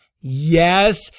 Yes